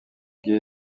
gué